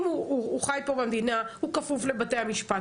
אם הוא חי פה במדינה הוא כפוף לבתי המשפט